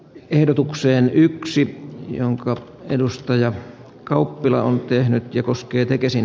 ehdotukseen yksi jonka edustaja kauppila on tehnyt ja koskee tekesin